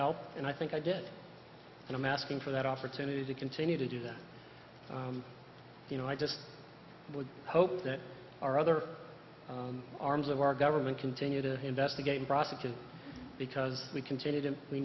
help and i think i did and i'm asking for that opportunity to continue to do that you know i just would hope that our other arms of our government continue to investigate and prosecute because we continue to we